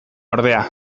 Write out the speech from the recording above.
ordea